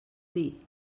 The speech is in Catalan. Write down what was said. dir